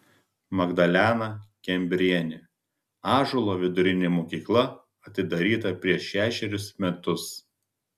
magdalena kembrienė ąžuolo vidurinė mokykla atidaryta prieš šešerius metus